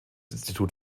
institut